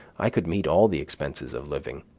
i could meet all the expenses of living.